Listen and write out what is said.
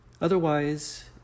Otherwise